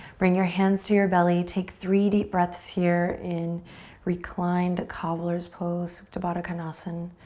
bring your hands to your belly. take three deep breaths here in reclined cobbler's pose, supta baddha konasan.